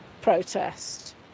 protest